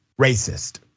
racist